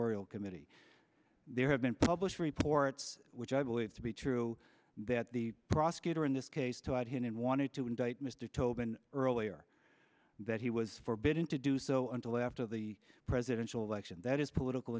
orial committee there have been published reports which i believe to be true that the prosecutor in this case tied him and wanted to indict mr tobin earlier that he was forbidden to do so until after the presidential election that is political